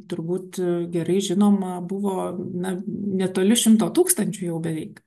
turbūt gerai žinoma buvo na netoli šimto tūkstančių jau beveik